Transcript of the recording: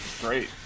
great